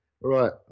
right